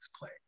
play